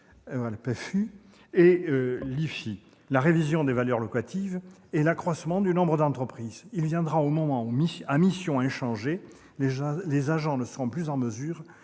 immobilière, la révision des valeurs locatives et l'accroissement du nombre d'entreprises. Il viendra un moment où, à missions inchangées, les agents ne seront plus en mesure